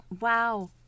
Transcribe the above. Wow